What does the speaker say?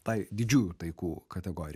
tai didžiųjų taikų kategorijai